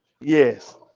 Yes